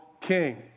king